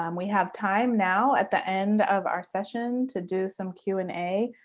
um we have time now at the end of our session to do some q and a,